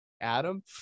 Adam